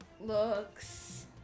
looks